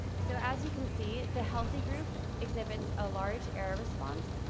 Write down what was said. so as you can see, the healthy group exhibits a large error response,